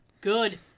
Good